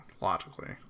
logically